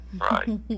right